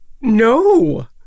No